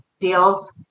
deals